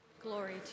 Glory